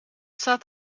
staat